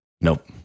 Nope